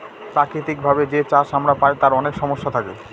প্রাকৃতিক ভাবে যে চাষ আমরা পায় তার অনেক সমস্যা থাকে